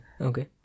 okay